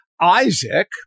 Isaac